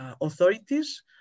authorities